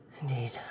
Indeed